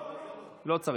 לא צריך.